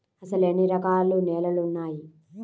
అసలు ఎన్ని రకాల నేలలు వున్నాయి?